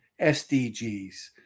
SDGs